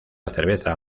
cerveza